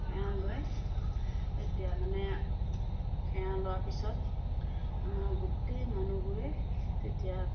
সেৱা লৈ তেতিয়া মানে সেৱা লোৱাৰ পিছত আমাৰ গোটেই মানুহবোৰে তেতিয়া